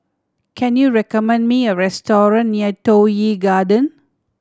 can you recommend me a restaurant near Toh Yi Garden